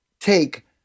take